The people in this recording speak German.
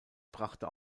brachte